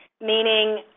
meaning